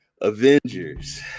Avengers